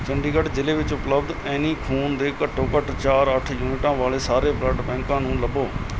ਚੰਡੀਗੜ੍ਹ ਜ਼ਿਲੇ ਵਿੱਚ ਉਪਲਬਧ ਐਨੀ ਖੂਨ ਦੇ ਘੱਟੋ ਘੱਟ ਚਾਰ ਅੱਠ ਯੂਨਿਟਾਂ ਵਾਲੇ ਸਾਰੇ ਬਲੱਡ ਬੈਂਕਾਂ ਨੂੰ ਲੱਭੋ